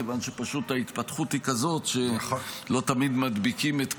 מכיוון שפשוט ההתפתחות כזאת שלא תמיד מדביקה את קצב,